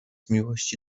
miłości